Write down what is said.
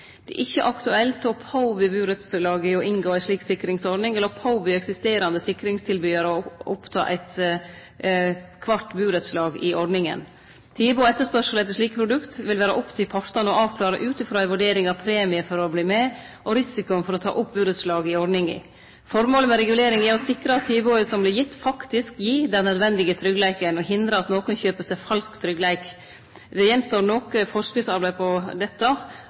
Det er ikkje aktuelt å påby burettslag å inngå ei slik sikringsordning, eller å påby eksisterande sikringstilbydarar å ta opp alle burettslaga i ordninga. Tilbod og etterspørsel etter slike produkt vil det vere opp til partane å avklare ut frå ei vurdering av premie for å verte med og risikoen for å ta opp burettslag i ordninga. Føremålet med reguleringa er å sikre at tilboda som vert gitt, faktisk gir den nødvendige tryggleiken, og å hindre at nokon kjøper seg falsk tryggleik. Det gjenstår noko forskriftsarbeid. Det skal vere på